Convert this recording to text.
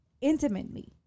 Intimately